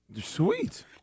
Sweet